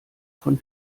von